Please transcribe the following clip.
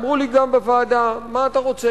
אמרו לי גם בוועדה: מה אתה רוצה,